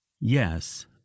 yes